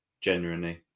genuinely